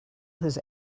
his